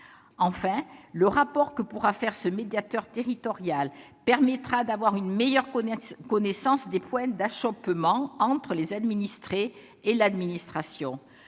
Enfin, le rapport que pourra faire ce médiateur territorial permettra d'avoir une meilleure connaissance des points d'achoppement entre les administrés et l'administration.